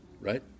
right